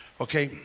Okay